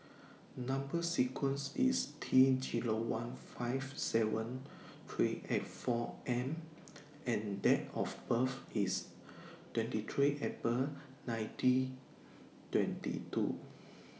Number sequence IS T Zero one five seven three eight four M and Date of birth IS twenty three April nineteen twenty two